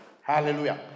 Hallelujah